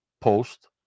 post